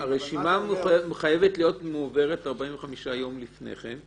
הרשימה חייבת להיות מועברת 45 יום לפני כן.